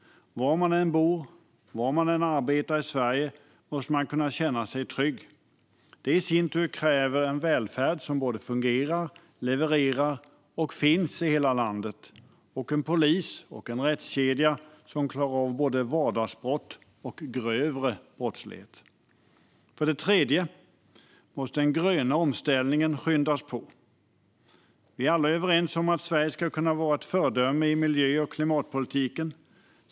Var man än bor och var man än arbetar i Sverige måste man kunna känna sig trygg. Det kräver i sin tur en välfärd som både fungerar och levererar och som finns i hela landet och en polis och en rättskedja som klarar av både vardagsbrott och grövre brottslighet. För det tredje måste den gröna omställningen skyndas på. Vi är alla överens om att Sverige ska kunna vara ett föredöme i miljö och klimatpolitiken.